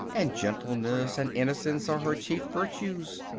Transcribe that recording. and gentleness and innocence are her chief virtues.